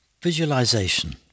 Visualization